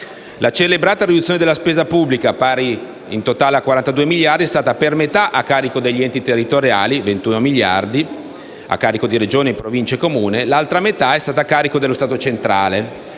La celebrata riduzione della spesa pubblica, pari in totale a circa 42 miliardi, è stata per metà a carico degli enti territoriali (21 miliardi a carico di Regioni, Province e Comuni), e per l'altra metà è stata a carico dello Stato centrale.